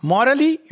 Morally